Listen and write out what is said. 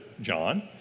John